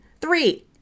three